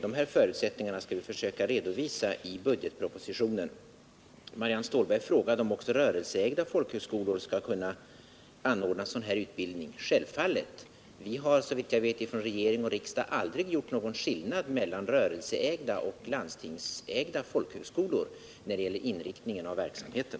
De här förutsättningarna skall vi försöka redovisa i budgetpropositionen. Marianne Stålberg frågade om också rörelseägda folkhögskolor skall kunna anordna sådan här utbildning. Ja, självfallet. Vi har såvitt jag vet från regering och riksdag aldrig gjort någon skillnad mellan rörelseägda och landstingsägda folkhögskolor när det gäller inriktning av verksamheten.